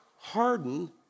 Harden